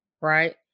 Right